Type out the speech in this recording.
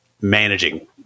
managing